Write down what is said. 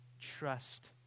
trust